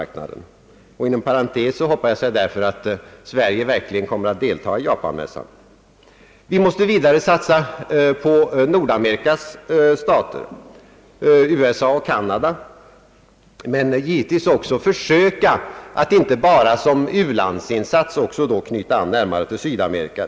Inom parentes vill jag därför här uttrycka den förhoppningen, att Sverige verkligen kommer att delta i japanmässan. Vi måste vidare satsa på Nordamerikas stater, USA och Kanada, men givetvis också försöka att handelsmässigt knyta närmare an till Sydamerika.